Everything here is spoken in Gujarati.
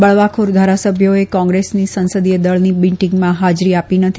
બળવાખોર ધારાસભ્યોએ કોંગ્રેસની સંસદીય દળની મીટીંગમાં હાજરી આપી નથી